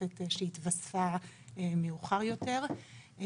תוספת שהתווספה מאוחר יותר.